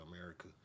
America